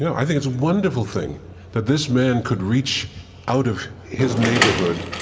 yeah i think it's a wonderful thing that this man could reach out of his neighborhood,